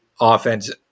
offense